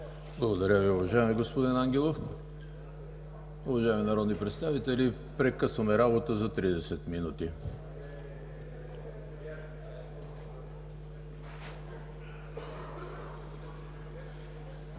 Благодаря Ви, уважаеми господин Ангелов. Уважаеми народни представители, прекъсваме работа за 30 минути.